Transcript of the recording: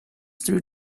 through